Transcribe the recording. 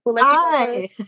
Hi